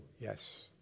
Yes